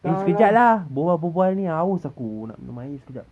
eh sekejap lah berbual berbual ni haus aku nak minum air sekejap